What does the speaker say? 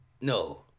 No